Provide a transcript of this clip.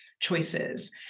choices